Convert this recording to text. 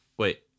Wait